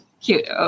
cute